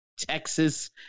Texas